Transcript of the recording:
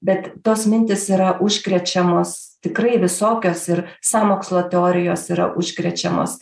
bet tos mintys yra užkrečiamos tikrai visokios ir sąmokslo teorijos yra užkrečiamos